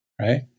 right